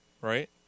right